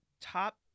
top